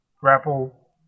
grapple